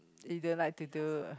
you don't like to do